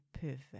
perfect